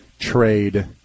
trade